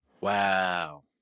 Wow